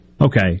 Okay